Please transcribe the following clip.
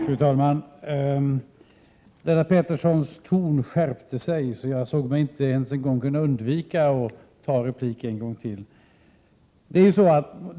Fru talman! Lennart Petterssons ton skärptes, och därför ansåg jag mig inte kunna undvika att replikera en gång till.